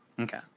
okay